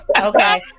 Okay